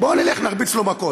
בוא נלך, נרביץ לו מכות.